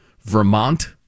Vermont